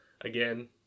Again